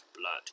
blood